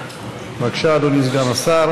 גם שולי.